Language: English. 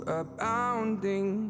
abounding